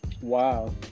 Wow